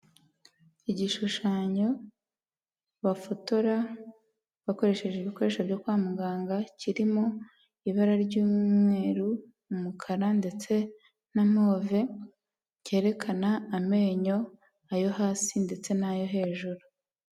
Igishushanyo bafotora bakoresheje ibikoresho byo kwa muganga kirimo ibara ry'umweru, umukara ndetse na move, cyerekana amenyo ayo hasi ndetse n'ayo hejuru.